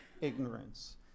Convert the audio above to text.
ignorance